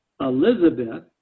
Elizabeth